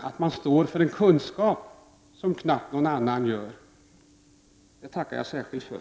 Jan Jennehag står ju för en kunskap som knappt någon annan har. Det skulle jag tacka särskilt för.